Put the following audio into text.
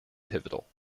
pivotal